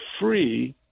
free